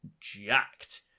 jacked